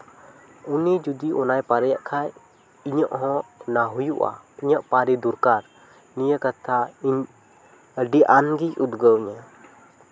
ᱩᱱᱤ ᱡᱩᱫᱤ ᱚᱱᱟᱭ ᱫᱟᱲᱮᱭᱟᱼᱟ ᱠᱷᱟᱱ ᱤᱧᱟᱹᱜ ᱦᱚᱸ ᱚᱱᱟ ᱦᱩᱭᱩᱜᱼᱟ ᱤᱧᱟᱹᱜ ᱫᱟᱲᱮ ᱫᱚᱨᱠᱟᱨ ᱱᱤᱭᱟᱹ ᱠᱟᱛᱷᱟ ᱤᱧ ᱟᱹᱰᱤ ᱟᱱ ᱜᱮ ᱩᱫᱽᱜᱟᱹᱣ ᱤᱧᱟᱹ